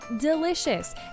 delicious